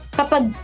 kapag